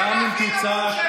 קריאה שנייה.